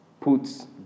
puts